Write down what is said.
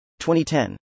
2010